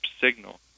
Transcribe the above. signal